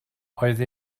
oedd